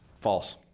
False